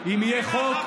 לקראתנו,